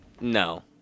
No